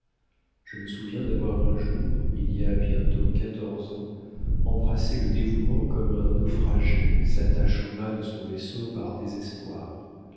je me souviens d'avoir un jour il y a bientôt quatorze ans embrassé le dévouement comme un naufragé s'attache au mât de son vaisseau par désespoir